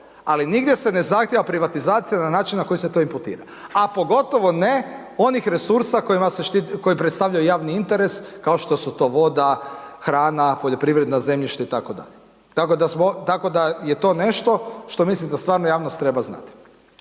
Ali nigdje se ne zahtjeva privatizacija na način na koji se to imputira, a pogotovo ne onih resursa kojima se štiti, koji predstavljaju javni interes kao što su to voda, hrana, poljoprivredno zemljište itd. Tako da smo, tako da je to nešto što mislim da stvarno javnost treba znati.